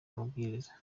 amabwiriza